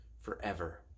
forever